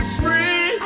free